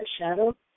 shadow